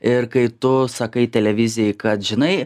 ir kai tu sakai televizijai kad žinai